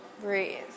breathe